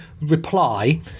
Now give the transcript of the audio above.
reply